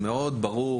זה מאוד ברור,